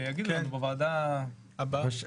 שיגידו לנו בוועדה הבאה.